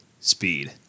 speed